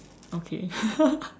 okay